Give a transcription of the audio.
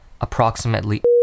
approximately